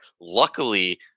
luckily